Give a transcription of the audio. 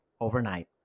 overnight